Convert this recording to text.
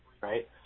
right